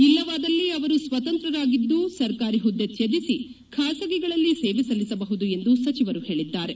ಇಲ್ಲವಾದಲ್ಲಿ ಅವರು ಸ್ವತಂತ್ರರಾಗಿದ್ದು ಸರ್ಕಾರಿ ಹುದ್ದೆ ತ್ಯಜಿಸಿ ಖಾಸಗಿಗಳಲ್ಲಿ ಸೇವೆ ಸಲ್ಲಿಸಬಹುದು ಎಂದು ಸಚಿವರು ಹೇಳಿದ್ದಾರೆ